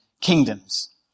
kingdoms